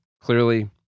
Clearly